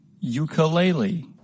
Ukulele